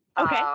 Okay